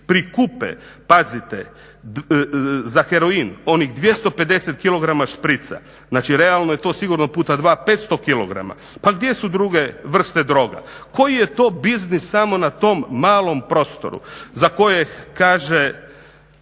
prikupe pazite za heroin onih 250 kg šprica, znači realno je to sigurno puta dva 500 kg, pa gdje su druge vrste droga? Koji je to biznis samo na tom malom prostoru za kojeg kaže,